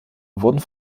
wurden